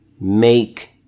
make